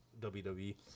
WWE